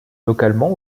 localement